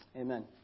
Amen